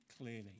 clearly